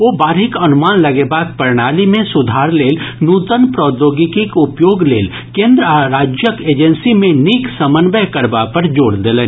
ओ बाढ़िक अनुमान लगेबाक प्रणाली मे सुधार लेल नूतन प्रौद्योगिकीक उपयोग लेल केन्द्र आ राज्यक एजेंसी मे नीक समन्वय करबा पर जोर देलनि